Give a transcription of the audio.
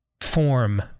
form